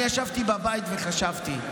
ישבתי בבית וחשבתי,